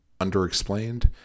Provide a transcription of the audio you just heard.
underexplained